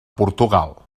portugal